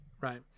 right